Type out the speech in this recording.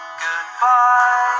Goodbye